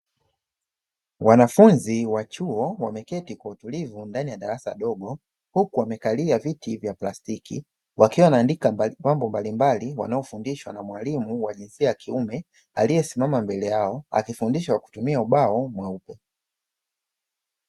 Wanafunzi wa chuo wameketi kwa utulivu ndani ya darasa dogo, huku wamekalia viti vya plastiki, wakiwa wanaandika mambo mbalimbali wanaofundishwa na mwalimu wa jinsia ya kiume, aliyesimama mbele yao akifundisha kwa kutumia ubao mweupe.